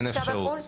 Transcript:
אין אפשרות.